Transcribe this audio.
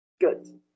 Good